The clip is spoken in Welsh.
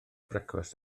brecwast